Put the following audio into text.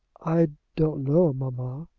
i don't know, mamma,